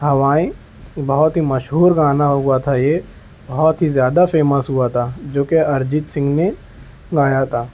ہوائیں بہت ہی مشہور گانا ہوا تھا یہ بہت ہی زیادہ فیمس ہوا تھا جو کہ ارجیت سنگھ نے گایا تھا